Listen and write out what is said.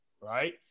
right